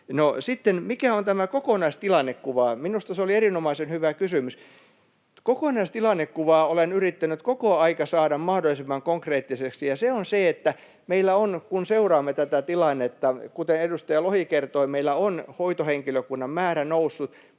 mikä on tämä kokonaistilannekuva? Minusta se oli erinomaisen hyvä kysymys. Kokonaistilannekuvaa olen yrittänyt koko ajan saada mahdollisimman konkreettiseksi, ja se on se, että meillä on, kun seuraamme tätä tilannetta, kuten edustaja Lohi kertoi, hoitohenkilökunnan määrä noussut,